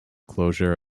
closure